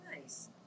Nice